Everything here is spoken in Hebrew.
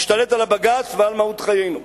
ישתלט על בג"ץ ועל מהות חיינו.